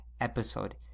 episode